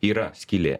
yra skylė